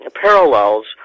parallels